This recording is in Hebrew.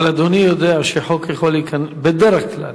אבל אדוני יודע שחוק בדרך כלל